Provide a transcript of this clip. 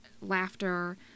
laughter